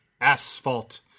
Asphalt